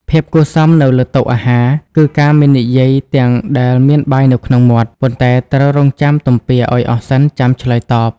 ភាពគួរសមនៅលើតុអាហារ គឺការមិននិយាយទាំងដែលមានបាយនៅក្នុងមាត់ ប៉ុន្តែត្រូវរង់ចាំទំពារឱ្យអស់សិនចាំឆ្លើយតប។